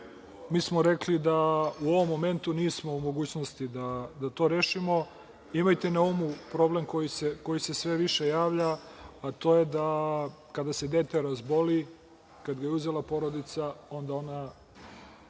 mi smo rekli da u ovom momentu nismo u mogućnosti da to rešimo. Imajte na umu problem koji se sve više javlja, a to je da kada se dete razboli, kada ga je uzela porodica, onda ona